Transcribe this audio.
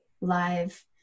live